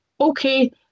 okay